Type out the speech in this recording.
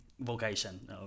vocation